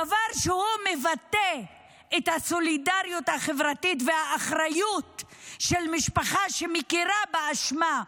דבר שמבטא את הסולידריות החברתית והאחריות של משפחה שמכירה באשמה,